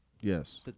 Yes